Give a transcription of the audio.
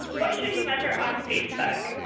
what should you measure on facebook?